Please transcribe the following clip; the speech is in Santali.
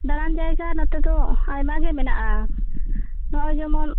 ᱫᱟᱬᱟᱱ ᱡᱟᱭᱜᱟ ᱱᱚᱛᱮ ᱫᱚ ᱟᱭᱢᱟ ᱜᱮ ᱢᱮᱱᱟᱜᱼᱟ ᱱᱚᱜ ᱚᱭ ᱡᱮᱢᱚᱱ